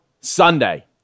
Sunday